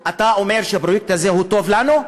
אתה אומר שהפרויקט הזה טוב לנו?